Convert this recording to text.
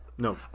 No